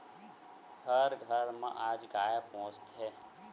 हर घर म आज गाय पोसथे